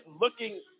looking